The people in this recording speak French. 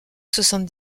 soixante